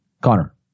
Connor